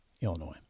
Illinois